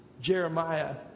Jeremiah